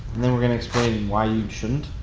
and then we're gonna explain why you shouldn't,